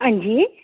हां जी